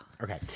Okay